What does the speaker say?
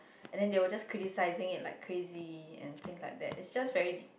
and then they will just criticising it like crazy and things like that it's just very